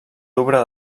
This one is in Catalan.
louvre